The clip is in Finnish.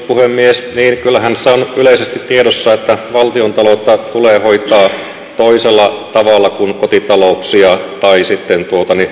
puhemies niin kyllähän se on yleisesti tiedossa että valtiontaloutta tulee hoitaa toisella tavalla kuin kotitalouksia tai sitten